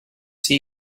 see